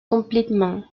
complètement